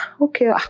Okay